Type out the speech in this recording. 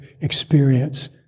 experience